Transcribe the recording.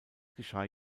geschah